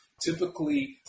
Typically